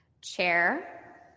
chair